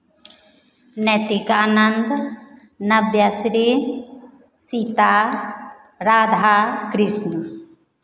Naitikanand Navya Shri Sita Radha Krishna